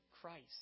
Christ